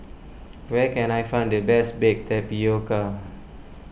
where can I find the best Baked Tapioca